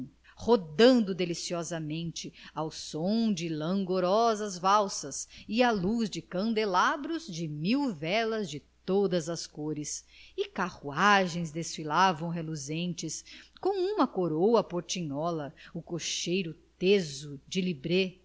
rodando deliciosamente ao som de langorosas valsas e à luz de candelabros de mil velas de todas as cores e carruagens desfilavam reluzentes com uma coroa à portinhola o cocheiro teso de libré